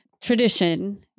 tradition